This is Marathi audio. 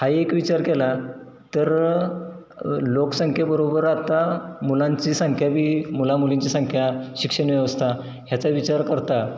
हा एक विचार केला तर लोकसंख्याबरोबर आता मुलांची संख्या बी मुला मुलींची संख्या शिक्षण व्यवस्था ह्याचा विचार करता